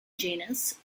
genus